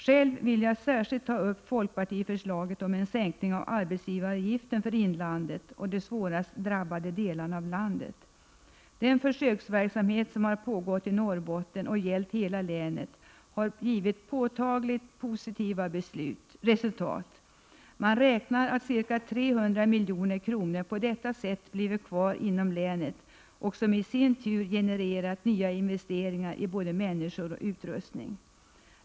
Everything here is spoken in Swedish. Själv vill jag särskilt ta upp folkpartiförslaget om en sänkning av arbetsgivaravgiften för inlandet och de svårast drabbade delarna av landet. Den försöksverksamhet som har pågått i Norrbotten och som gällt hela länet har givit påtagligt positiva resultat. Man räknar med att ca 300 milj.kr. på detta sätt blivit kvar inom länet och i sin tur genererat nya investeringar i både människor och utrustning.